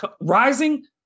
rising